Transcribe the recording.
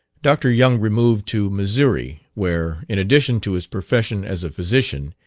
dr. young removed to missouri, where, in addition to his profession as a physician,